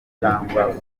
cyangwa